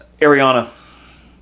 Ariana